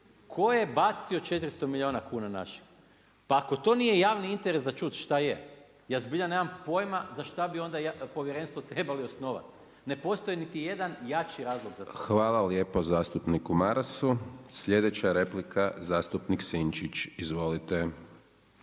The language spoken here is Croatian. Tko je bacio 400 milijuna kuna naših? Pa ako to nije javni interes za čut, šta je? Ja zbilja nemam pojma za šta bi onda povjerenstvo trebali osnovat. Ne postoji niti jedan jači razlog za to. **Hajdaš Dončić, Siniša (SDP)** Hvala lijepa zastupniku Marasu. Slijedeća replika zastupnik Sinčić. Izvolite.